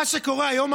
מה שקורה היום,